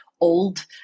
old